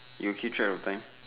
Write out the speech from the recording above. you keep track of time